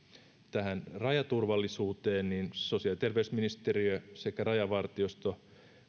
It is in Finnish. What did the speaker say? tähän rajaturvallisuuteen niin sosiaali ja terveysministeriö sekä rajavartiosto